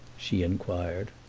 she inquired.